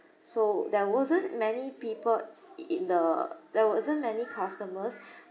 so there wasn't many people in in the there wasn't many customers